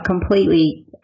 completely